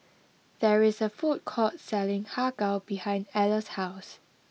there is a food court selling Har Kow behind Alla's house